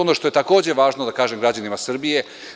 Ono što je takođe važno da kažem građanima Srbije.